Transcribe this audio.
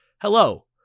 Hello